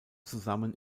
zusammen